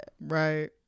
Right